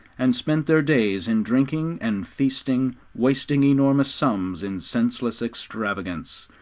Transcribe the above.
and spent their days in drinking and feasting, wasting enormous sums in senseless extravagance,